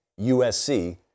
USC